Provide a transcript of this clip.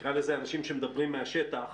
נקרא לזה אנשים שמדברים מהשטח,